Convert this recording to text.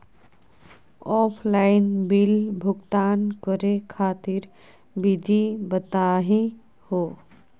Offline bill भुगतान करे खातिर विधि बताही हो?